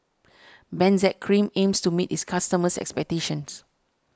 Benzac Cream aims to meet its customers' expectations